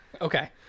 Okay